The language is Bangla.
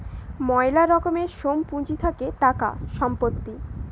ময়লা রকমের সোম পুঁজি থাকে টাকা, সম্পত্তি